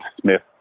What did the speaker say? Smith